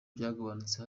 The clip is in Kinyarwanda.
byagabanutse